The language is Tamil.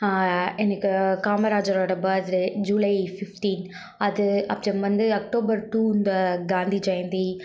எனக்கு காமராஜர்ரோட பர்த்ரே ஜூலை ஃபிஃப்டின் அது அப்றம் வந்து அக்டோபர் டூ இந்த காந்தி ஜெயந்தி